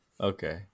okay